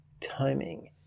timing